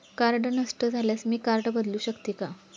Card नष्ट झाल्यास मी कार्ड बदलू शकते का?